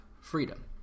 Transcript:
freedom